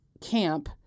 camp